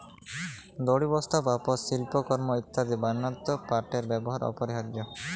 দড়ি, বস্তা, পাপস, সিল্পকরমঅ ইত্যাদি বনাত্যে পাটের ব্যেবহার অপরিহারয অ